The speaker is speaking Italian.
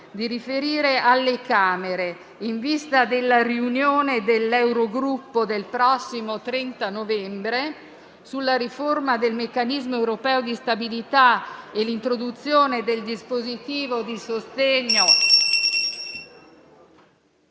di riferire alle Camere in vista della riunione dell'Eurogruppo del prossimo 30 novembre sulla riforma del Meccanismo europeo di stabilità e l'introduzione del dispositivo di sostegno